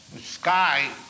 sky